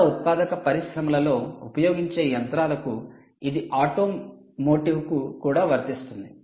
పెద్ద ఉత్పాదక పరిశ్రమలలో ఉపయోగించే యంత్రాలకు ఇది ఆటోమోటివ్కు కూడా వర్తిస్తుంది